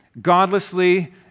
godlessly